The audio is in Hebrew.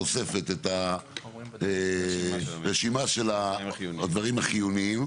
את הרשימה של הדברים החיוניים,